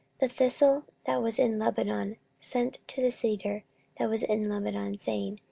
the thistle that was in lebanon sent to the cedar that was in lebanon, saying,